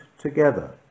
together